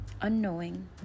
unknowing